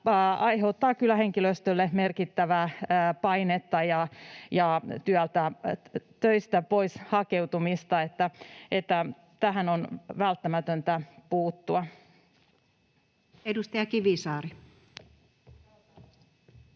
aiheuttaa kyllä henkilöstölle merkittävää painetta ja töistä pois hakeutumista. Tähän on välttämätöntä puuttua. Edustaja Kivisaari.